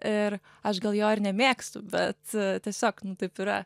ir aš gal jo ir nemėgstu bet tiesiog nu taip yra